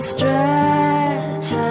Stretch